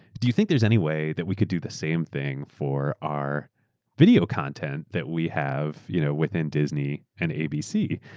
do you think thereaeurs any way that we could do the same thing for our video content that we have you know within disney and abc?